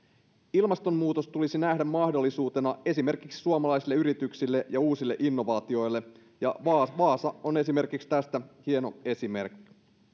ilmastonmuutos tulisi nähdä mahdollisuutena esimerkiksi suomalaisille yrityksille ja uusille innovaatioille vaasa on tästä hieno esimerkki